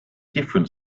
different